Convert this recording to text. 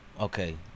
Okay